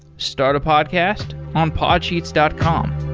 start a podcast on podsheets dot com